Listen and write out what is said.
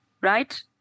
right